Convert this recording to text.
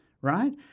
right